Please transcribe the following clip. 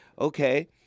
okay